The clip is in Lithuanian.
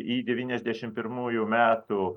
į devyniasdešim pirmųjų metų